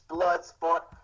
Bloodsport